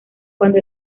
cuando